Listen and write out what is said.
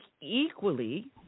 equally